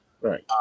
Right